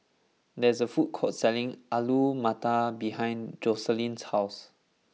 there is a food court selling Alu Matar behind Joseline's house